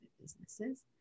businesses